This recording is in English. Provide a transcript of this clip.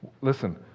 Listen